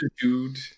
dude